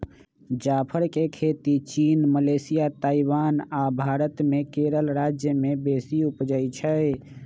जाफर के खेती चीन, मलेशिया, ताइवान आ भारत मे केरल राज्य में बेशी उपजै छइ